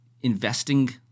investing